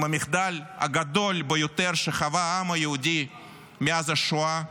עם המחדל הגדול ביותר שחווה העם היהודי מאז השואה,